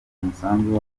umusanzu